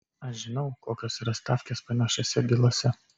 aš žinau kokios yra stavkės panašiose bylose